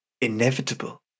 inevitable